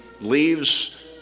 leaves